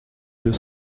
deux